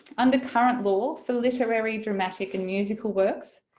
under current law for literary dramatic and musical works,